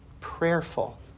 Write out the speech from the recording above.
prayerful